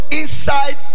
inside